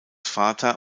vater